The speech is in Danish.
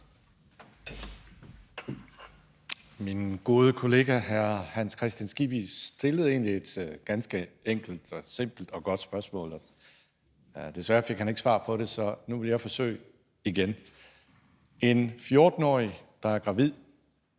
Min gode kollega hr. Hans Kristian Skibby stillede egentlig et ganske enkelt, simpelt og godt spørgsmål. Han fik desværre ikke svar på det, så nu vil jeg forsøge: Er en 14-årig, der er gravid,